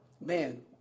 man